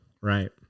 Right